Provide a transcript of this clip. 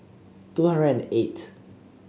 two hundred and eight